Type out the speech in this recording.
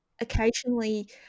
Occasionally